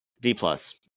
D-plus